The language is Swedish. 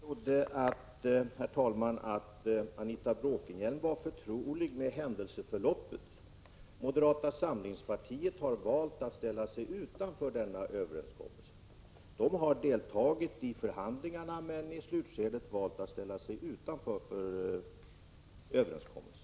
Herr talman! Jag trodde att Anita Bråkenhielm var förtrogen med händelseförloppet. Moderata samlingspartiet har deltagit i förhandlingarna men i slutskedet valt att ställa sig utanför överenskommelsen.